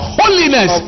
holiness